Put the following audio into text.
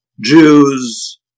Jews